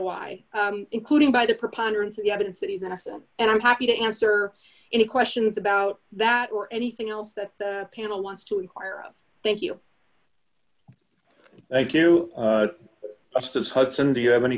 y including by the preponderance of the evidence that he's innocent and i'm happy to answer any questions about that or anything else that the panel wants to inquire of thank you thank you justice hudson do you have any